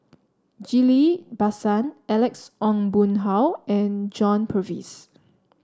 Ghillie Basan Alex Ong Boon Hau and John Purvis